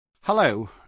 Hello